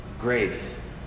grace